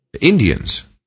Indians